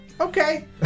Okay